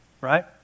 right